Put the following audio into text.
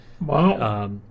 Wow